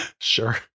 Sure